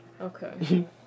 Okay